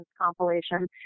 Compilation